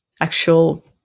actual